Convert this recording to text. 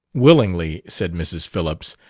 willingly, said mrs. phillips.